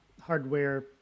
hardware